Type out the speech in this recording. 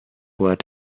word